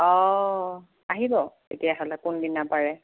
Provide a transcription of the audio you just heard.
অঁ আহিব তেতিয়াহ'লে কোনদিনা পাৰে